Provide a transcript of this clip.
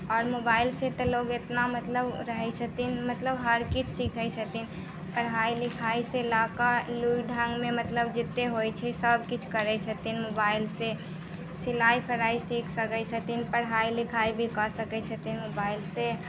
आओर मोबाइलसँ तऽ लोग इतना मतलब रहैत छथिन मतलब हर किछु सीखैत छथिन पढ़ाइ लिखाइसँ लऽ कऽ लुरि ढङ्गमे मतलब जतेक होइत छै सभकिछु करैत छथिन मोबाइलसँ सिलाइ कढ़ाइ सीख सकैत छथिन पढ़ाइ लिखाइ भी कऽ सकैत छथिन मोबाइलसँ